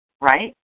right